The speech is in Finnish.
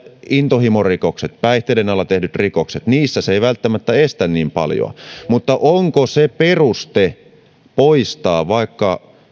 intohimorikokset päihteiden alla tehdyt rikokset niissä se ei välttämättä estä niin paljoa mutta onko se peruste poistaa vaikkapa